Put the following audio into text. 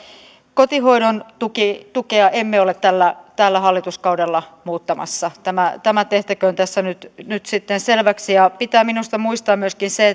kotihoidon tukea emme ole tällä tällä hallituskaudella muuttamassa tämä tämä tehtäköön tässä nyt nyt sitten selväksi pitää minusta muistaa se